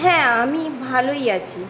হ্যাঁ আমি ভালোই আছি